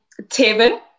tevin